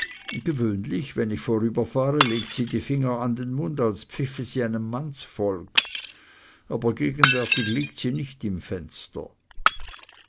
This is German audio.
gewöhnlich wenn ich vorüberfahre legt sie die finger an den mund als pfiffe sie einem mannsvolk aber gegenwärtig liegt sie nicht im fenster